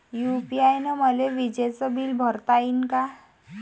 UPI न मले विजेचं बिल भरता यीन का?